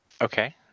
Okay